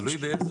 אז אין כאן